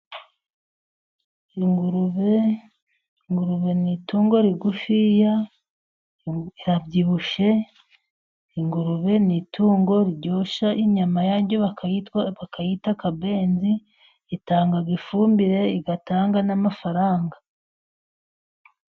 Ingurube, ingurube ni itungo rigufiya irabyibushye, ingurube ni itungo riryoshye, inyama yaryo bayita akabenzi, itanga ifumbire, itanga n'amafaranga.